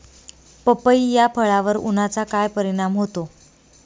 पपई या फळावर उन्हाचा काय परिणाम होतो?